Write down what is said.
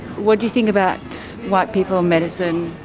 what do you think about white people medicine?